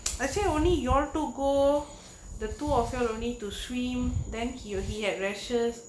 I say only you all to go the two of you will need to swim then he he had rashes